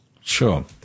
Sure